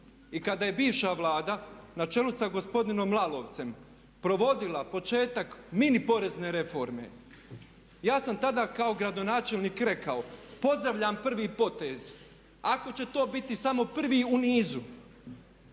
I kada je bivša Vlada na čelu sa gospodinom Lalovcem provodila početak mini porezne reforme ja sam tada kao gradonačelnik rekao pozdravljam prvi potez, ako će to biti samo prvi u nizu.